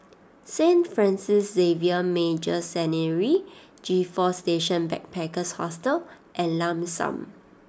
Saint Francis Xavier Major Seminary G Four Station Backpackers Hostel and Lam San